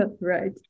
right